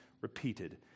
repeated